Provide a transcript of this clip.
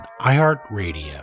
iHeartRadio